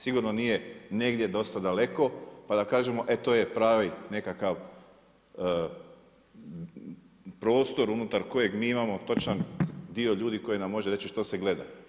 Sigurno nije negdje dosta daleko, pa da kažemo e to je pravi nekakav prostor unutar kojeg mi imamo točan dio ljudi koji nam može reći što se gleda.